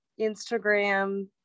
Instagram